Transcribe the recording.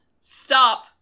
stop